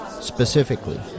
specifically